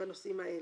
בנושאים האלה.